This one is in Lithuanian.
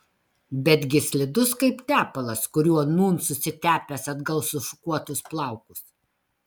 betgi slidus kaip tepalas kuriuo nūn susitepęs atgal sušukuotus plaukus